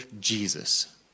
Jesus